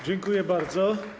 Dziękuję bardzo.